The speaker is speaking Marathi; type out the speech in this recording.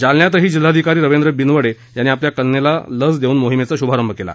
जालन्यातही जिल्हाधिकारी रवींद्र बिनवडे यांनी आपल्या कन्येला लस देऊन मोहिमेचा शुभारंभ केला